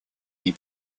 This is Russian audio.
ней